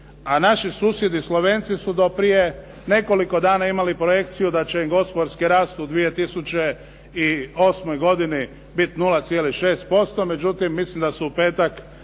A naši susjedi Slovenci su do prije nekoliko dana imali projekciju da će im gospodarski rast u 2008. godini biti 0,6%, međutim mislim da su u petak